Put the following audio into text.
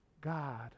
God